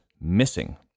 missing